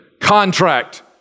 contract